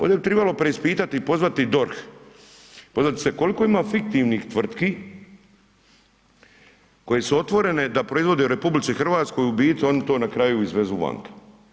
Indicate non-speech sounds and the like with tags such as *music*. Ovdje bi trebalo preispitati i pozvati DORH, ... *unintelligible* koliko ima fiktivnih tvrtki koje su otvorene da proizvode u RH, u biti oni to na kraju izvezu vanka.